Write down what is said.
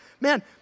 Man